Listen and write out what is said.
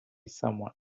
someone